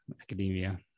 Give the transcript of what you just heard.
academia